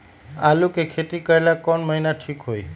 आलू के खेती करेला कौन महीना ठीक होई?